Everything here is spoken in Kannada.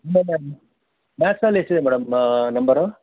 ಮ್ಯಾತ್ಸಲ್ಲಿ ಎಷ್ಟಿದೆ ಮೇಡಮ್ ನಂಬರ್